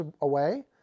away